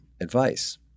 advice